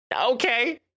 Okay